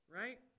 right